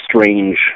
strange